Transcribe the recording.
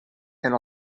and